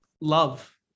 love